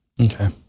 Okay